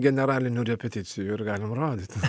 generalinių repeticijų ir galim rodyt